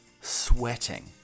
sweating